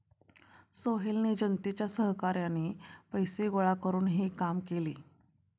सोहेलने जनतेच्या सहकार्याने पैसे गोळा करून हे काम केले